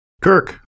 Kirk